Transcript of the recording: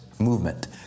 Movement